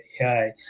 AI